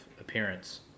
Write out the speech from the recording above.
Appearance